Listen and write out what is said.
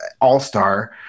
all-star